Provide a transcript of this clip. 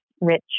rich